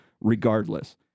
regardless